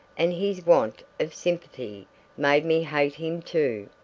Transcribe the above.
and his want of sympathy made me hate him too.